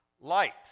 light